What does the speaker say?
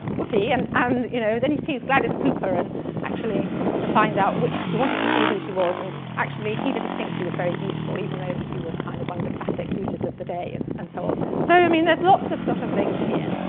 whoopee. and and you know then he sees gladys cooper, and actually to find out which, he wanted to see who she was, and actually, he didn't think she was very beautiful, even though she was kind of one of the classic beauties of the day and and so on. so i mean, there's lots of sort of things here.